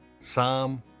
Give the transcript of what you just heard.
Psalm